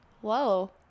Whoa